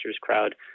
crowd